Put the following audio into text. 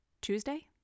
Tuesday